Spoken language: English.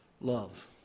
love